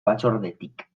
batzordetik